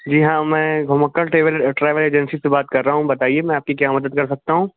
جی ہاں میں گھومکر ٹریول ٹریول ایجنسی سے بات کر رہا ہوں بتائیے میں آپ کی کیا مدد کر سکتا ہوں